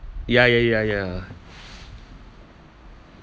ya ya ya ya